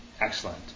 Excellent